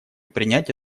принять